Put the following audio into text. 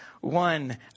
one